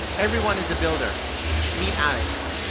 everyone is a builder meet. alex.